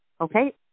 Okay